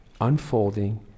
unfolding